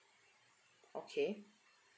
okay